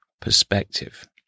perspective